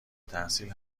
تحصیل